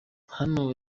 hano